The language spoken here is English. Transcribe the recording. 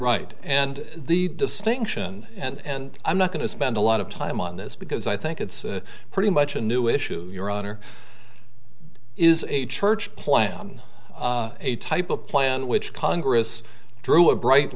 right and the distinction and i'm not going to spend a lot of time on this because i think it's pretty much a new issue your honor is a church plan a type of plan which congress drew a bright